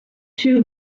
two